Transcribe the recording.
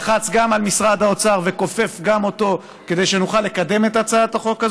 הוא לחץ גם על משרד האוצר וכופף גם אותו כדי שנוכל לקדם את הצעת החוק,